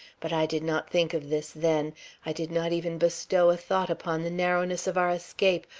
but i did not think of this then i did not even bestow a thought upon the narrowness of our escape,